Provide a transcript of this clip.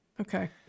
Okay